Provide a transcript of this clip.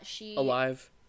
alive